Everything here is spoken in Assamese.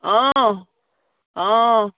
অঁ অঁ